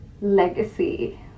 legacy